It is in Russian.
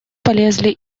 полезли